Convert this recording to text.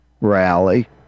rally